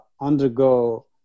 undergo